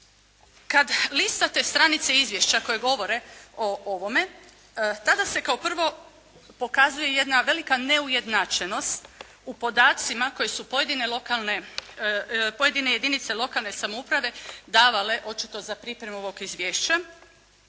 Kad listate stranice izvješća koje govore o ovome tada se kao prvo pokazuje jedna velika neujednačenost u podacima koje su pojedine lokalne, pojedine jedinice lokalne samouprave davale očito za pripremu ovog izvješća.